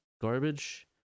garbage